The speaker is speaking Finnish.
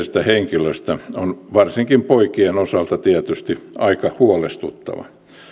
henkilöstä on varsinkin poikien osalta tietysti aika huolestuttava ei